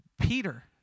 Peter